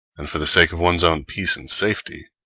and for the sake of one's own peace and safety,